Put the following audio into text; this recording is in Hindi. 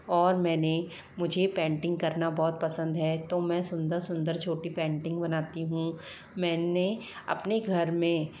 और मैंने मुझे पेंटिंग करना बहुत पसंद हैं तो मैं सुंदर सुंदर छोटी पेंटिंग बनाती हूँ मैंने अपने घर में